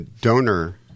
donor